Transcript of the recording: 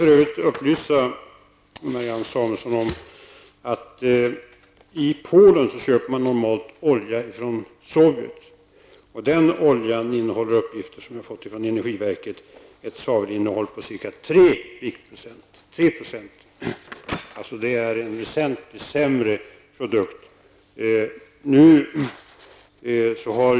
För övrigt kan jag upplysa Marianne Samuelsson om att man i Polen normalt köper olja ifrån Sovjet. Den oljan innehåller, enligt uppgifter som jag har fått från energiverket, 3 viktprocent svavel. Det är en väsentligt sämre produkt.